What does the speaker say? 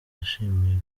yashimiye